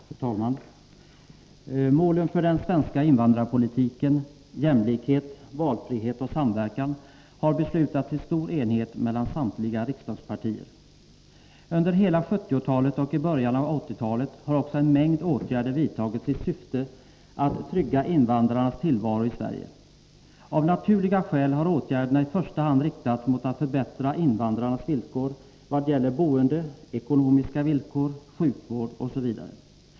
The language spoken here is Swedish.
Fru talman! Målen för den svenska invandrarpolitiken — jämlikhet, valfrihet och samverkan — har beslutats i stor enighet mellan samtliga riksdagspartier. Under hela 1970-talet och början av 1980-talet har också en mängd åtgärder vidtagits i syfte att trygga invandrarnas tillvaro i Sverige. Av naturliga skäl har åtgärderna i första hand riktats mot att förbättra invandrarnas villkor vad gäller boende, ekonomiska villkor, sjukvård osv.